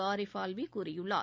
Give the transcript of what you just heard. ஆரிப் ஆல்வி கூறியுள்ளார்